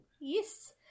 Yes